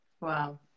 wow